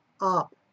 up